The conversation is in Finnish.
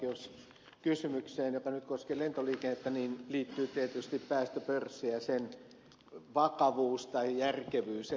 tähän päästöoikeuskysymykseen joka koskee lentoliikennettä liittyy tietysti päästöpörssi ja sen vakavuus tai järkevyys ja tässä yhdyn ed